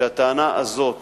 שהטענה הזאת